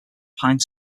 pine